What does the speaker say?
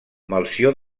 melcior